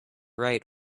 right